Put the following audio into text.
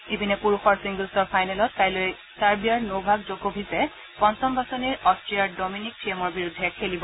ইপিনে পুৰুষৰ ছিংগলছৰ ফাইনেলত কাইলৈ ছাৰ্বিয়াৰ নভাক জ'কভিচে বাচনিৰ অষ্ট্ৰীয়াৰ ডমিনিক থিয়েমৰ বিৰুদ্ধে খেলিব